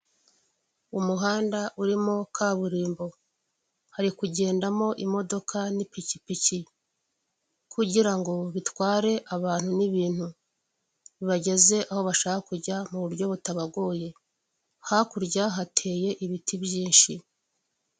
Umuhanda urimo kaburimbo, hari kugendamo imodoka n'ipikipiki. Kugirango bitware abantu n'ibintu, bibageze aho bashaka kujya mu buryo butabagoye. Hakurya hateye ibiti byinshi.